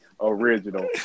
original